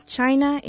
China